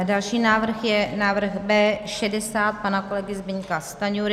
Další návrh je návrh B60 pana kolegy Zbyňka Stanjury.